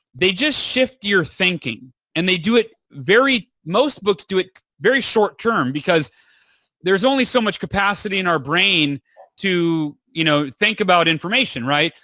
they just shift your thinking and they do it very most books do it very short-term because there's only so much capacity in our brain to you know think about information, right?